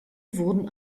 wurden